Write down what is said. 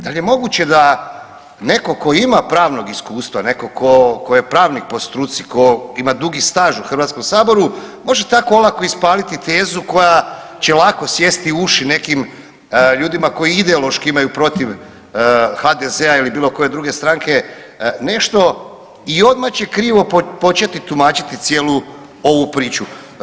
Da li je moguće da netko tko ima pravnog iskustva, netko tko je pravnik po struci, tko ima dugi staž u Hrvatskom saboru može tako olako ispaliti tezu koja će lako sjesti u uši nekim ljudima koji ideološki imaju protiv HDZ-a ili bilo koje druge stranke nešto i odmah će krivo početi tumačiti cijelu ovu priču.